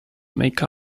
make